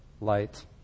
light